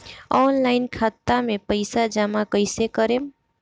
Online खाता मे पईसा जमा कइसे करेम?